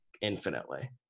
infinitely